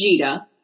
Vegeta